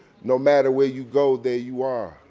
no matter where you go, there you are.